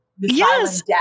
Yes